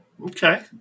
Okay